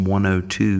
102